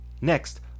Next